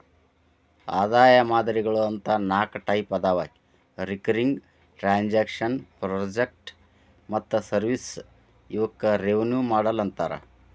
ಆದಾಯ ಮಾದರಿಗಳು ಅಂತ ನಾಕ್ ಟೈಪ್ ಅದಾವ ರಿಕರಿಂಗ್ ಟ್ರಾಂಜೆಕ್ಷನ್ ಪ್ರಾಜೆಕ್ಟ್ ಮತ್ತ ಸರ್ವಿಸ್ ಇವಕ್ಕ ರೆವೆನ್ಯೂ ಮಾಡೆಲ್ ಅಂತಾರ